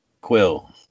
Quill